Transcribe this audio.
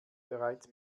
bereits